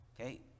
Okay